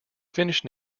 finnish